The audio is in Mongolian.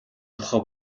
тухай